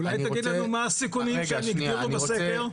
אולי תגיד לנו מה הסיכונים שהם הגדירו בסקר?